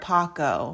Paco